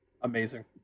Amazing